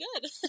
good